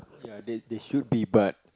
ya they they should be but